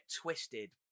twisted